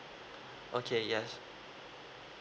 okay yes